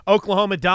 Oklahoma